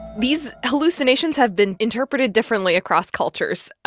these hallucinations have been interpreted differently across cultures.